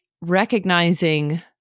recognizing